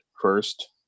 first